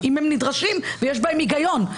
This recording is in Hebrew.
אם הם נדרשים ויש בהם היגיון.